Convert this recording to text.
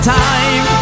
time